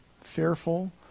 fearful